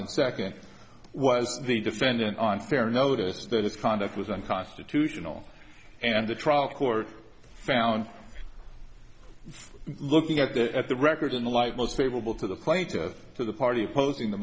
and second was the defendant unfair notice that its conduct was unconstitutional and the trial court found looking at the at the record in the light most favorable to the plaintiff to the party opposing the